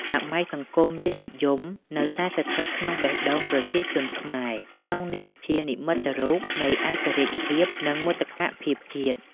សម័យសង្គមរាស្រ្តនិយមនៅតែស្ថិតក្នុងបេះដូងប្រជាជនខ្មែរក្នុងនាមជានិមិត្តរូបនៃឯករាជ្យភាព និងមោទកភាពជាតិ។